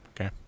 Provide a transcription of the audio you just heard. okay